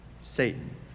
Satan